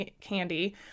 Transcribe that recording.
candy